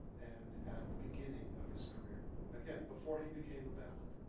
and at the beginning of his career. again, before he became a ballad.